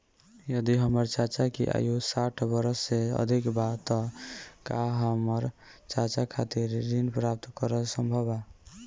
यदि हमर चाचा की आयु साठ वर्ष से अधिक बा त का हमर चाचा खातिर ऋण प्राप्त करल संभव बा